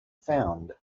found